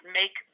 make